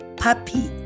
puppy